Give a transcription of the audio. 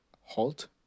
halt